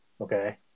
Okay